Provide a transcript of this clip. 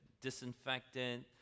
disinfectant